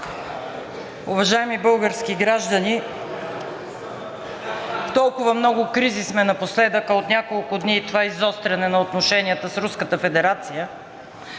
Уважаеми български граждани, в толкова много кризи сме напоследък, а от няколко дни и това изостряне на отношенията с